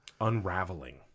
unraveling